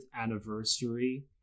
anniversary